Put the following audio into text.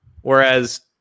Whereas